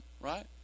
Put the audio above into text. right